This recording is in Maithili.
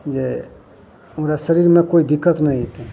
जे हमरा शरीरमे कोइ दिक्कत नहि अइतय